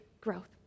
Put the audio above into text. growth